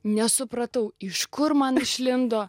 nesupratau iš kur man išlindo